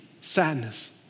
sadness